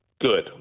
good